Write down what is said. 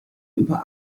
über